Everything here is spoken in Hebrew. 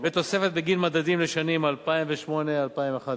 ותוספת בגין מדדים לשנים 2008 ו-2011.